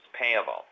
payable